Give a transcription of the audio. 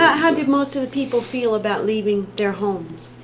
how did most of the people feel about leaving their homes?